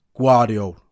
Guardiola